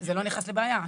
זה לא נכנס לבעיה.